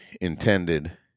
intended